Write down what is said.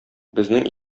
безнең